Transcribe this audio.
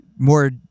more